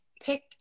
pick